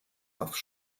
auf